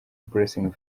blessing